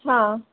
हां